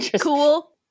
cool